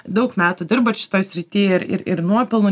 daug metų dirbat šitoj srity ir ir ir nuopelnai